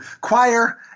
choir